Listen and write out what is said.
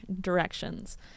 directions